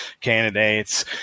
candidates